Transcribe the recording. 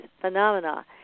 phenomena